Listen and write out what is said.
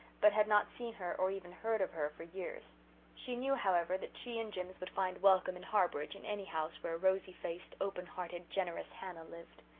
but had not seen her or even heard of her for years she knew, however, that she and jims would find welcome and harbourage in any house where rosy-faced, open-hearted, generous hannah lived.